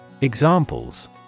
Examples